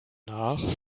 nach